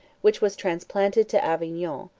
which was transplanted to avignon,